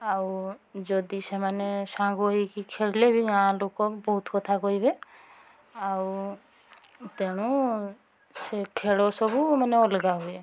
ଆଉ ଯଦି ସେମାନେ ସାଙ୍ଗ ହୋଇକି ଖେଳିଲେ ବି ଗାଁଲୋକ ବହୁତ କଥା କହିବେ ଆଉ ତେଣୁ ସେ ଖେଳ ସବୁ ମାନେ ଅଲଗା ହୁଏ